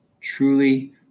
Truly